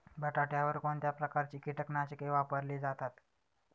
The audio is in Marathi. बटाट्यावर कोणत्या प्रकारची कीटकनाशके वापरली जातात?